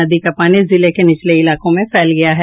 नदी का पानी जिले के निचले इलाकों में फैल गया है